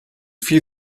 viel